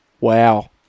Wow